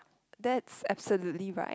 that's absolutely right